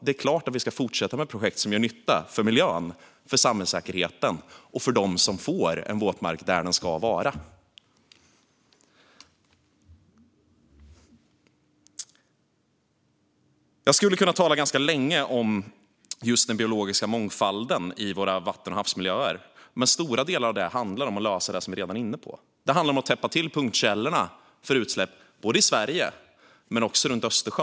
Det är klart att vi ska fortsätta med projekt som gör nytta för miljön, för samhällssäkerheten och för dem som får en våtmark där den ska vara. Jag skulle kunna tala ganska länge om den biologiska mångfalden i våra vatten och havsmiljöer, men stora delar av detta handlar om att lösa det som vi redan är inne på. Det handlar om att täppa till punktkällorna för utsläpp, både i Sverige och runt Östersjön.